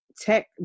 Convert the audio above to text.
tech